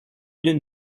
d’une